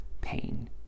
pain